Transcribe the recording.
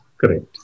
Correct